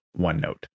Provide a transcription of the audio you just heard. OneNote